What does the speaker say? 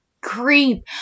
Creep